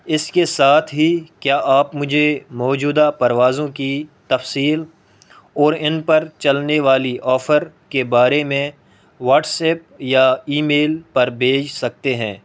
اس کے ساتھ ہی کیا آپ مجھے موجودہ پروازوں کی تفصیل اور ان پر چلنے والی آفر کے بارے میں واٹس ایپ یا ای میل پر بھیج سکتے ہیں